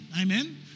Amen